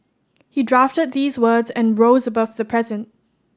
he drafted these words and rose above the present